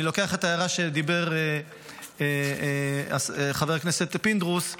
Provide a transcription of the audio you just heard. אני לוקח את הערה של חבר הכנסת פינדרוס לבדיקה,